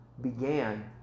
began